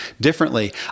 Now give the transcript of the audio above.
differently